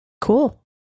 Cool